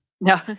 No